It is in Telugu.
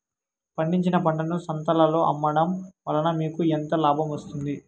పండించిన పంటను సంతలలో అమ్మడం వలన మీకు ఎంత లాభం వస్తుంది?